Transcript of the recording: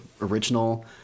original